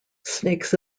snakes